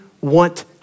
want